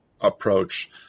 approach